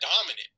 dominant